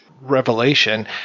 Revelation